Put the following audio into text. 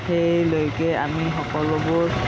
সেইলৈকে আমি সকলোবোৰ